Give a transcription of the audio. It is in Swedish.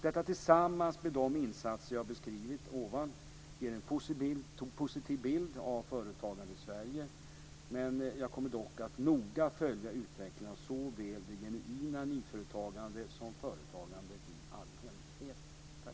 Detta tillsammans med de insatser jag beskrivit ger en positiv bild av företagandet i Sverige. Jag kommer dock att noga följa utvecklingen av såväl det genuina nyföretagande som företagandet i allmänhet.